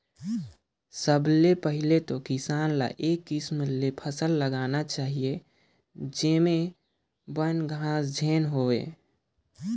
सबले पहिले तो किसान ल ए किसम ले फसल लगाना चाही जेम्हे बन, घास झेन होवे